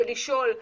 ולשאול,